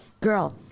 girl